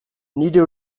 nire